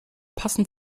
passend